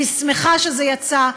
אני שמחה שזה יצא,